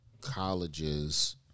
colleges